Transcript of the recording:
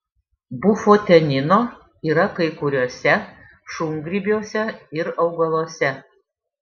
bufotenino yra kai kuriuose šungrybiuose ir augaluose